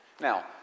Now